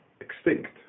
extinct